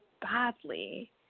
badly